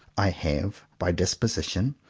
i have, by dis position,